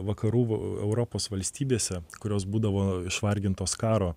vakarų europos valstybėse kurios būdavo išvargintos karo